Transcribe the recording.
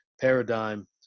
paradigm